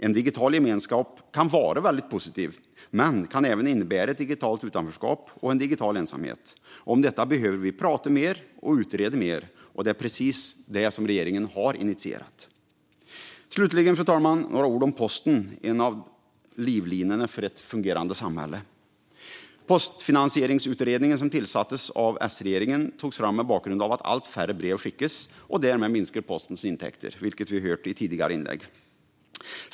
En digital gemenskap kan vara väldigt positiv, men detta kan även innebära ett digitalt utanförskap och en digital ensamhet. Om detta behöver vi prata mer, och vi behöver utreda det mer. Det är precis det som regeringen har initierat. Slutligen, fru talman, ska jag säga några ord om postverksamheten, en av livlinorna för ett fungerande samhälle. Postfinansieringsutredningen, som tillsattes av S-regeringen, togs fram mot bakgrund av att allt färre brev skickades. Därmed minskar postverksamhetens intäkter, vilket vi har hört i tidigare inlägg.